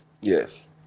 Yes